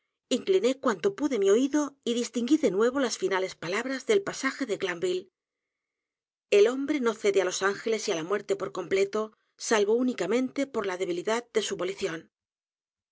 inclinó cuanto pude mi oído y distinguí de nuevo las finales palabras del pasaje de g l a n v i l l el hombre no cede á los ángeles yci la muerte por completo salvo únicamente por la debilidad de su volición